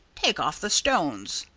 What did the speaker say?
take off the stones.